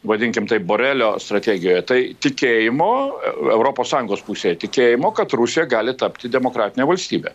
vadinkim taip borelio strategijoje tai tikėjimo europos sąjungos pusėj tikėjimo kad rusija gali tapti demokratine valstybe